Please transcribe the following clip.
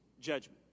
judgment